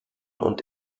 und